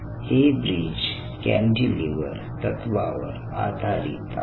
हे bridge cantilever तत्वावर आधारित आहेत